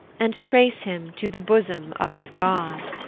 and trace him to the bosom of his god.